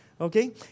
Okay